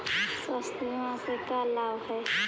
स्वास्थ्य बीमा से का लाभ है?